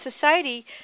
society